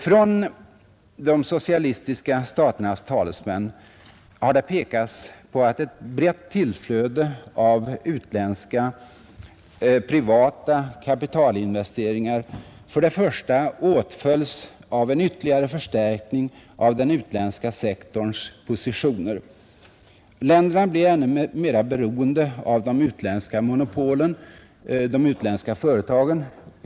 Från de socialistiska staternas talesmän har det pekats på att ett brett tillflöde av utländska privata kapitalinvesteringar för det första åtföljs av en ytterligare förstärkning av den utländska sektorns positioner. Länderna blir ännu mer beroende av de utländska företagen.